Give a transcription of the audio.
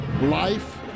life